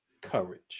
courage